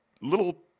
little